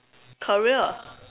career